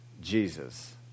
Jesus